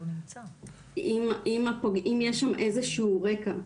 אם הפוגע או אם יש איזה שהוא רקע.